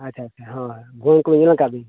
ᱟᱪᱪᱷᱟ ᱟᱪᱪᱷᱟ ᱦᱳᱭ ᱵᱷᱩᱣᱟᱹᱝ ᱠᱚ ᱧᱮᱞ ᱠᱟᱜᱼᱟ ᱵᱤᱱ